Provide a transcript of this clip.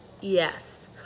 Yes